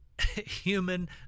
human